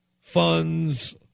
funds